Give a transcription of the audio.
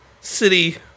city